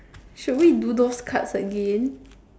should we do those cards again